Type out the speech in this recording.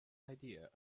idea